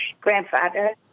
grandfather